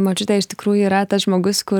močiutė iš tikrųjų yra tas žmogus kur